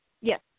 Yes